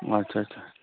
আচ্ছা আচ্ছা